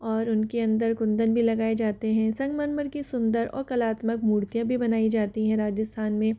और उन के अंदर कुंदन भी लगाए जाते हैं संगमरमर के सुंदर और कलात्मक मूर्तियाँ भी बनाई जाती हैं राजस्थान में